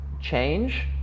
change